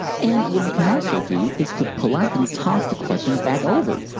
and what you can also do is to politely toss the question back over.